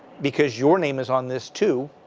because your name is on this too.